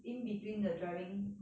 in between the driving